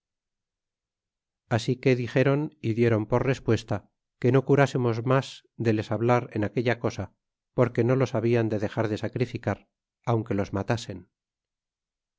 así que dixéron y dieron por respuesta que no curásemos mas de les hablar en aquella cosa porque no los hablan de dexar de sacrificar aunque los matasen